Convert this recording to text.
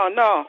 no